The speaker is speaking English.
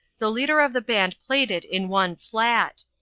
the leader of the band played it in one flat.